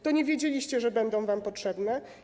To nie wiedzieliście, że będą wam potrzebne?